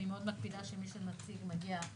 אני מאוד מקפידה שמי שמציג אל הוועדה.